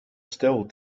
still